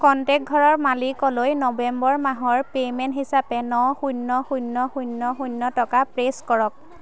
contact ঘৰৰ মালিকলৈ November মাহৰ পে'মেণ্ট হিচাপে ন শূন্য শূন্য শূন্য শূন্য টকা প্ৰ'চেছ কৰক